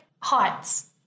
heights